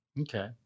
Okay